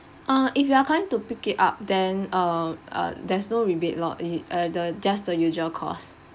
uh if you are coming to pick it up then um uh there's no rebate loh i~ uh the uh just the usual cost